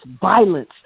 violence